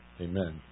Amen